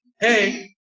hey